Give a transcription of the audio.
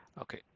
Okay